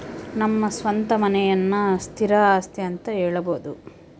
ನಮ್ಮ ಸ್ವಂತ ಮನೆಯನ್ನ ಸ್ಥಿರ ಆಸ್ತಿ ಅಂತ ಹೇಳಬೋದು